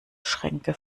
schränke